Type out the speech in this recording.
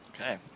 Okay